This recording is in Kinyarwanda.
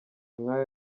nk’ayo